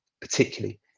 particularly